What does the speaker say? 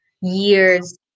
years